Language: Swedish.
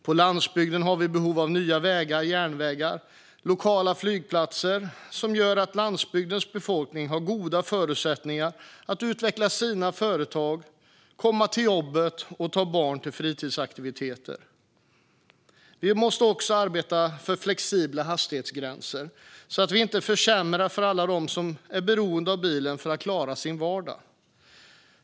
På landsbygden har vi behov av nya vägar, järnvägar och lokala flygplatser som gör att landsbygdens befolkning har goda förutsättningar att utveckla sina företag, komma till jobbet och ta barnen till fritidsaktiviteter. Vi måste också arbeta för flexibla hastighetsgränser så att vi inte försämrar för alla dem som är beroende av bilen för att klara sin vardag.